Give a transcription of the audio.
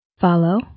Follow